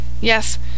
Yes